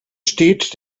steht